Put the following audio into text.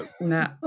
no